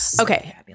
Okay